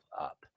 up